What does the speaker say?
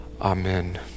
Amen